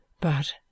but